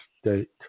State